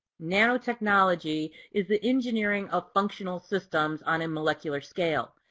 nanotechnology is the engineering of functional systems on a molecular scale.